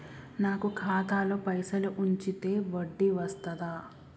నాకు ఖాతాలో పైసలు ఉంచితే వడ్డీ వస్తదా?